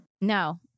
No